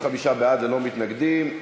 25 בעד, ללא מתנגדים.